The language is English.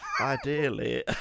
Ideally